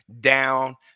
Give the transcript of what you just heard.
down